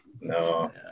No